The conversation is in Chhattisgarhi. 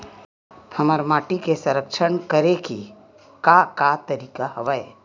हमर माटी के संरक्षण करेके का का तरीका हवय?